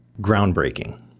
groundbreaking